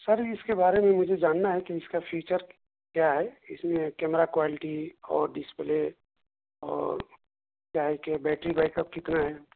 سر اس کے بارے میں مجھے جاننا ہے کہ اس کا فیچر کیا ہے اس میں کیمرا کوالٹی اور ڈسپلے اور کیا ہے کہ بیٹری بیکپ کتنا ہے